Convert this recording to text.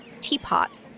teapot